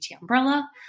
umbrella